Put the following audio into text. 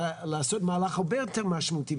לעשות מהלך הרבה יותר משמעותי.